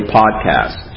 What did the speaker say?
podcast